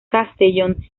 castellón